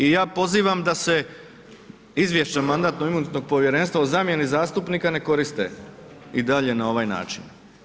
I ja pozivam da se izvješće Mandatno-imunitetnog povjerenstva o zamjeni zastupnika ne koriste i dalje na ovaj način.